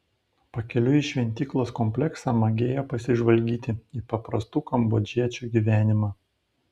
pakeliui į šventyklos kompleksą magėjo pasižvalgyti į paprastų kambodžiečių gyvenimą